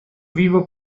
vivo